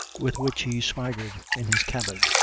with which he swaggered in his cabin,